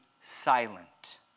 silent